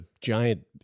giant